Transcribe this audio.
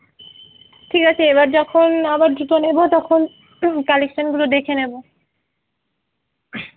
ঠিক আছে এবার যখন আবার জুতো নেবো তখন কালেকশানগুলো দেখে নেবো